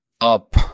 up